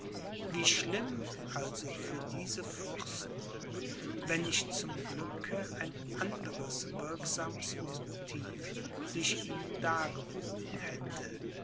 wie schlimm also für diese fürsten wenn nicht zum glücke ein anderes wirksames motiv sich ihnen dargeboten hätte